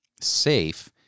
safe